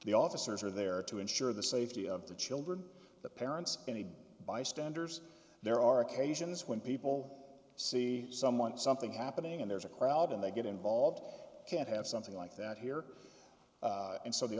the officers are there to ensure the safety of the children the parents any bystanders there are occasions when people see someone something happening and there's a crowd and they get involved can't have something like that here and so the